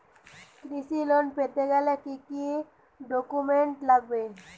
কৃষি লোন পেতে গেলে কি কি ডকুমেন্ট লাগবে?